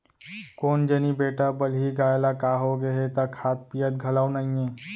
कोन जनी बेटा बलही गाय ल का होगे हे त खात पियत घलौ नइये